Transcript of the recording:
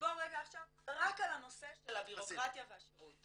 בוא רגע עכשיו רק על הנושא של הבירוקרטיה והשירות.